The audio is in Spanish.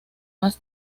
más